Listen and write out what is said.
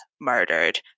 murdered